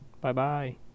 Bye-bye